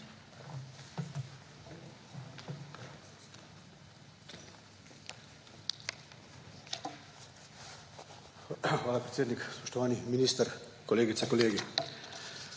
Hvala predsednik. Spoštovani minister, kolegice, kolegi!